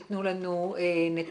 הסביבה שבאמת העביר לנו חלק מהנתונים,